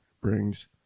brings